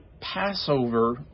Passover